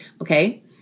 Okay